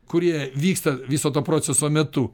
kurie vyksta viso to proceso metu